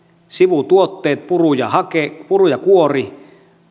sivutuotteet puru ja kuori